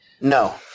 No